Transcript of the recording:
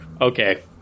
okay